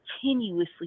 continuously